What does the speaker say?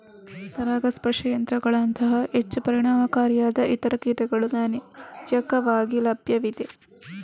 ಪರಾಗಸ್ಪರ್ಶ ಯಂತ್ರಗಳಂತಹ ಹೆಚ್ಚು ಪರಿಣಾಮಕಾರಿಯಾದ ಇತರ ಕೀಟಗಳು ವಾಣಿಜ್ಯಿಕವಾಗಿ ಲಭ್ಯವಿವೆ